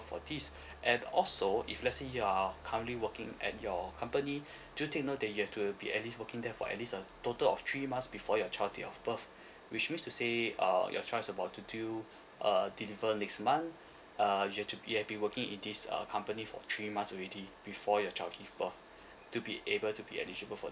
for this and also if let say you are currently working at your company do take note that you have to be at least working there for at least a total of three months before your child give of birth which means to say uh your child is about to due uh deliver next month uh you just to be at least working in this uh company for three months already before your child give birth to be able to be eligible